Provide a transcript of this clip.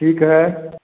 ठीक है